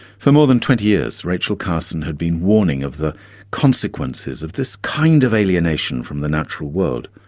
for more than twenty years rachel carson had been warning of the consequences of this kind of alienation from the natural world,